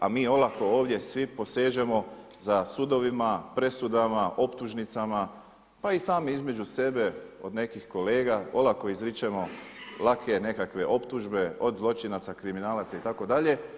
A mi olako ovdje svi posežemo za sudovima, presudama, optužnicama, pa i sami između sebe od nekih kolega olako izričemo lake nekakve optužbe od zločinaca, kriminalaca itd.